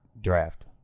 draft